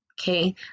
Okay